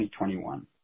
2021